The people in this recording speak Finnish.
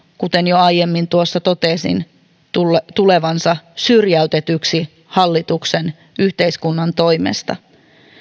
kuten jo aiemmin tuossa totesin tulevansa syrjäytetyiksi hallituksen yhteiskunnan toimesta